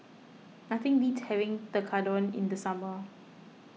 nothing beats having Tekkadon in the summer